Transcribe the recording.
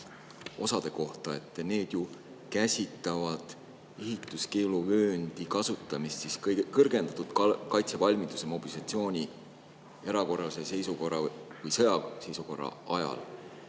osade kohta. Need ju käsitlevad ehituskeeluvööndi kasutamist kõrgendatud kaitsevalmiduse, mobilisatsiooni, erakorralise seisukorra või sõjaseisukorra ajal.